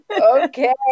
Okay